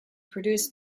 produced